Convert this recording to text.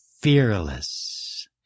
fearless